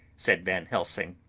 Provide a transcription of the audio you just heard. said van helsing,